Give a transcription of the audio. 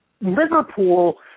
Liverpool